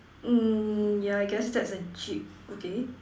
mm ya I guess that's a Jeep okay